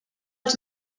els